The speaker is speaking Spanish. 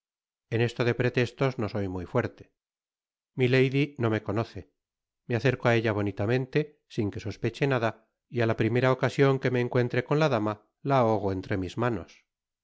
en esto de pretestos no soy muy fuerte milady no me conoce me acerco á ella bonitamente sin que sospeche nada y á la primera ocasion que me encuentre con la dama la ahogo entre mis manos